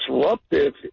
disruptive